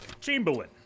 Chamberlain